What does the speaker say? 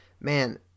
man